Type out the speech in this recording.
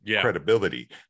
credibility